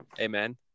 Amen